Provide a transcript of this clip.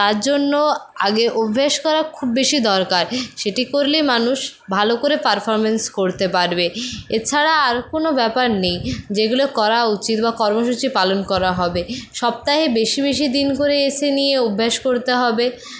তার জন্য আগে অভ্যেস করা খুব বেশি দরকার সেটি করলে মানুষ ভালো করে পারফরমেন্স করতে পারবে এছাড়া আর কোনো ব্যাপার নেই যেগুলো করা উচিত বা কর্মসূচী পালন করা হবে সপ্তাহে বেশি বেশি দিন করে এসে নিয়ে অভ্যাস করতে হবে